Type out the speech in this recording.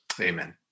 amen